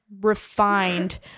refined